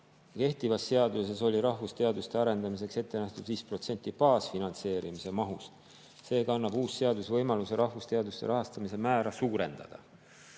Kehtivas seaduses oli rahvusteaduste arendamiseks ette nähtud 5% baasfinantseerimise mahust. Seega annab uus seadus võimaluse rahvusteaduste rahastamise määra suurendada.